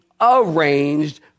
arranged